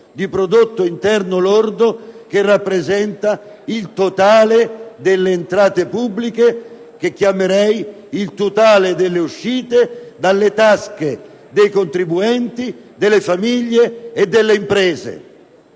di prodotto interno lordo che rappresenta il totale delle entrate pubbliche, che chiamerei il totale delle uscite dalle tasche dei contribuenti, delle famiglie e delle imprese.